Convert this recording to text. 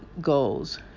goals